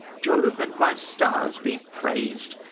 jove and my stars be praised!